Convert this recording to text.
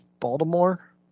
Baltimore